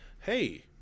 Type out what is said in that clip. hey